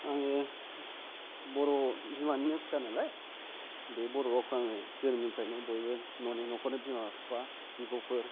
आङो बर' बिमानिनो फिसा नालाय बे बर' रावखौ आङो जोनोमनिफ्रायनो बयबो न'नि न'खरनि बिमा बिफा बिब'फोर